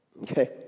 Okay